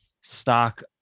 stock